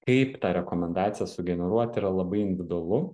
kaip tą rekomendaciją sugeneruot yra labai individualu